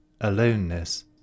Aloneness